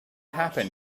happen